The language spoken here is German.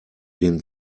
den